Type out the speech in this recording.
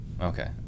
Okay